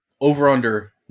Over-under